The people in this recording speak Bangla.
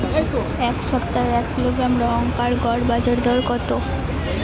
এই সপ্তাহে এক কিলোগ্রাম লঙ্কার গড় বাজার দর কত?